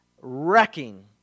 wrecking